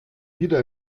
wieder